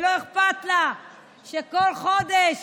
ולא אכפת לה שכל חודש